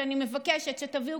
אני מבקשת שתביאו,